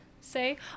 say